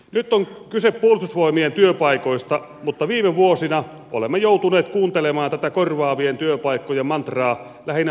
nyt on kyse puolustusvoimien työpaikoista mutta viime vuosina olemme joutuneet kuuntelemaan tätä korvaavien työpaikkojen mantraa lähinnä paperiteollisuuden ympäriltä